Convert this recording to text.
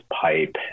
pipe